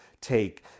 take